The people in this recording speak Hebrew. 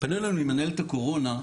פנו אלינו ממנהלת הקורונה,